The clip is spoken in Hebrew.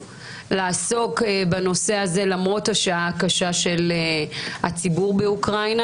לעסוק בנושא הזה למרות השעה הקשה של הציבור באוקראינה,